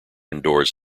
indoors